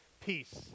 peace